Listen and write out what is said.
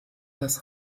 das